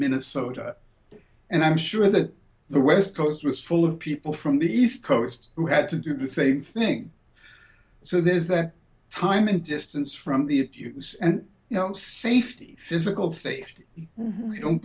minnesota and i'm sure that the west coast was full of people from the east coast who had to do the same thing so there's that time and distance from the it use and you know safety physical safety i don't